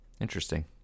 Interesting